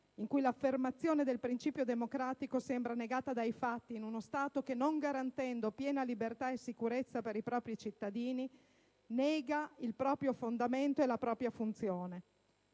in cui l'affermazione del principio democratico sembra negata dai fatti in uno Stato che, non garantendo piena libertà e sicurezza per i propri cittadini, nega il proprio fondamento e la propria funzione;